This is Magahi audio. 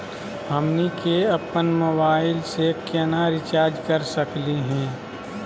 हमनी के अपन मोबाइल के केना रिचार्ज कर सकली हे?